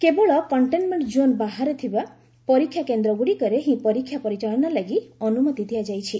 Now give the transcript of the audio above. କେବଳ containment zone ବାହାରେ ଥିବା ପରୀକ୍ଷା କେନ୍ଦ୍ରଗୁଡ଼ିକରେ ହିଁ ପରୀକ୍ଷା ପରିଚାଳନା ଲାଗି ଅନୁମତି ଦିଆଯାଇଛି